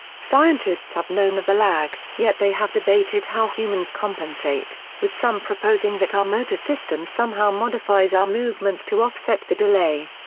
scientists have known of the lag, yet they have debated how humans compensate, with some proposing that our motor system somehow modifies our movements to offset the delay.